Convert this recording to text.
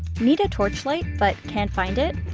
need a torch light but can't find it?